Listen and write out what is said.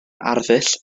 arddull